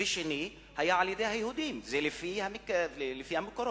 ושני היתה על-ידי היהודים, לפי המקורות: